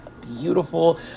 beautiful